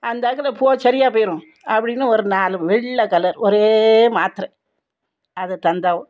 அந்தாக்குல போ சரியாக போயிடும் அப்டினு ஒரு நாலு வெள்ளை கலர் ஒரே மாத்திரை அதை தந்தாவோ